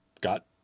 got